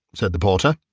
said the porter,